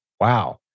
wow